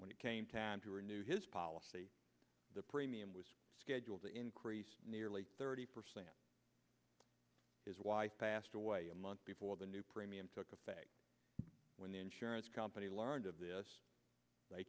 when it came time to renew his policy the premium was scheduled to increase nearly thirty percent his wife passed away a month before the new premium took effect when the insurance company learned of this